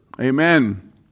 Amen